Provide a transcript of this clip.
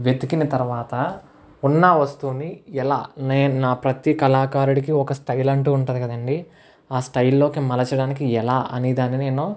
వెతికిన తర్వాత ఉన్న వస్తువుని ఎలా నేను నా ప్రతీ కళాకారుడికి ఒక స్టైల్ అంటూ ఉంటుంది కదండి ఆ స్టైల్ లోకి మలచడానికి ఎలా అనేదానిని నేను